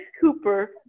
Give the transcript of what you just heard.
Cooper